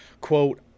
quote